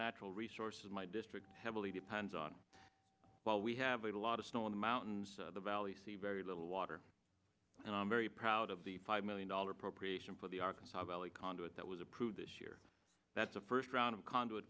natural resources my district heavily depends on while we have a lot of snow in the mountains of the valley see very little water and i'm very proud of the five million dollars appropriation for the arkansas valley conduit that was approved this year that's the first round of conduit